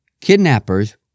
Kidnappers